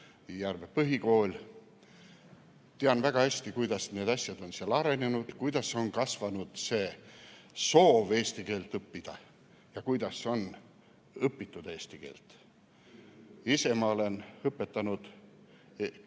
Järve põhikool, tean väga hästi, kuidas need asjad on seal arenenud, kuidas on kasvanud soov eesti keelt õppida ja kuidas on õpitud eesti keelt. Ise olen ma õpetanud